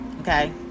Okay